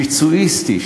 ביצועיסטי,